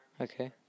Okay